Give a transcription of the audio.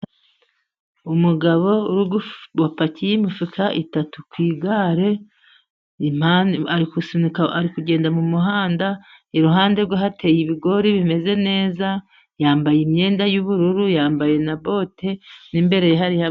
Umugabo wapakiye imifuka itatu ku igare. Ari kugenda mu muhanda, iruhande rwe hateye ibigori bimeze neza. Yambaye imyenda y'ubururu, yambaye na bote n'imbere ye hariho...